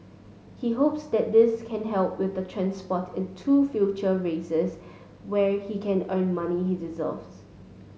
he hopes that this can help with the transport in to future races where he can earn money he deserves